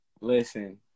Listen